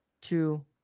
two